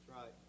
right